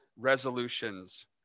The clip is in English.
resolutions